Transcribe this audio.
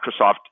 Microsoft